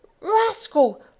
Rascal